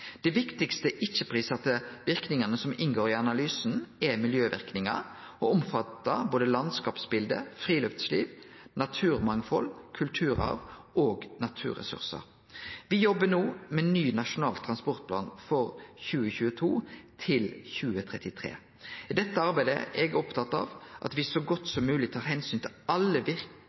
som inngår i analysen, er miljøverknader, og omfattar både landskapsbilde, friluftsliv, naturmangfald, kulturarv og naturressursar. Me jobbar no med ny nasjonal transportplan for 2022–2033. I dette arbeidet er eg opptatt av at me så godt som mogleg tar omsyn til alle